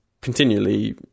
continually